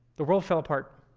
the world fell apart